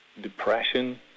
depression